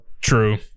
true